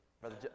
brother